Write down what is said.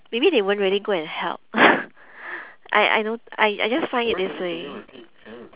maybe they won't really go and help I I don't I I just find it this way